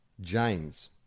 james